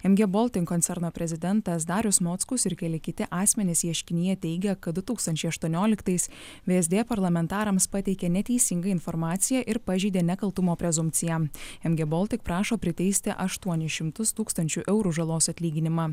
mg baltic koncerno prezidentas darius mockus ir keli kiti asmenys ieškinyje teigė kad du tūkstančiai aštuonioliktais vsd parlamentarams pateikė neteisingą informaciją ir pažeidė nekaltumo prezumpciją mg baltic prašo priteisti aštuonis šimtus tūkstančių eurų žalos atlyginimą